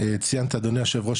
ציינת אדוני היושב ראש,